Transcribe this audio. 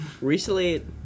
Recently